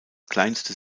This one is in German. kleinste